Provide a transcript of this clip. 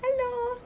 hello